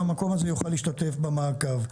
המקום הזה יוכל להשתתף במעקב.